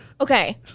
okay